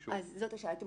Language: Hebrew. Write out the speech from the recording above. אז יש